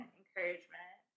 encouragement